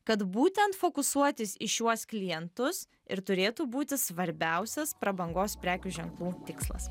kad būtent fokusuotis į šiuos klientus ir turėtų būti svarbiausias prabangos prekių ženklų tikslas